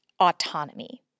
autonomy